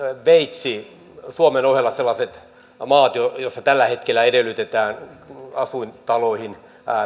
sveitsi suomen ohella sellaiset maat joissa tällä hetkellä edellytetään asuintaloihin